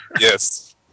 Yes